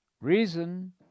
reason